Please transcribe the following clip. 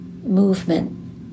movement